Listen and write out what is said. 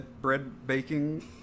bread-baking